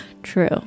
True